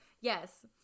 Yes